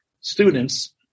students